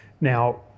Now